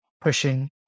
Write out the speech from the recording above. pushing